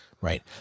Right